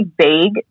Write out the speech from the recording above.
vague